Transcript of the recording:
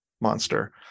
monster